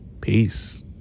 Peace